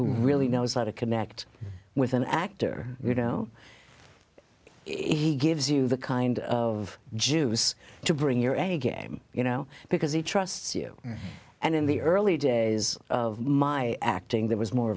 who really knows how to connect with an actor you know he gives you the kind of juice to bring your a game you know because he trusts you and in the early days of my acting there was more